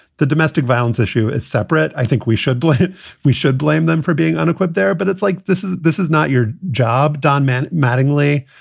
the domestic violence issue is separate. i think we should blame we should blame them for being unequipped there. but it's like this is this is not your job, don. men, mattingly,